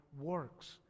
works